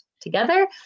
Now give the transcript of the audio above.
together